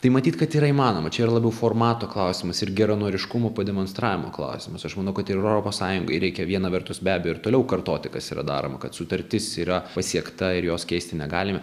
tai matyt kad yra įmanoma čia yra labiau formato klausimas ir geranoriškumo pademonstravimo klausimas aš manau kad ir europos sąjungai reikia viena vertus be abejo ir toliau kartoti kas yra daroma kad sutartis yra pasiekta ir jos keisti negalime